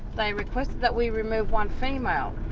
they requested that we remove one female,